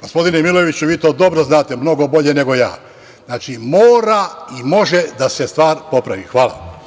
Gospodine Milojeviću, vi to dobro znate, mnogo bolje nego ja. Znači, mora i može da stvar popravi. Hvala.